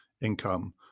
income